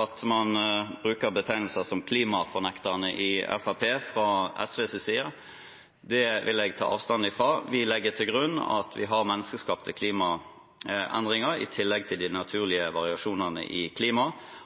at man bruker betegnelser som «klimafornekterne fra Fremskrittspartiet» fra SVs side. Det vil jeg ta avstand fra. Vi legger til grunn at vi har menneskeskapte klimaendringer, i tillegg til de naturlige variasjonene i klimaet.